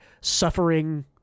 suffering